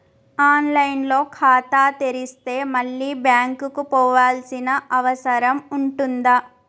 On line లో ఖాతా తెరిస్తే మళ్ళీ బ్యాంకుకు పోవాల్సిన అవసరం ఉంటుందా?